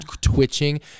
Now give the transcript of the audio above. twitching